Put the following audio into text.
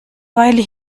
weile